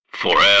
FOREVER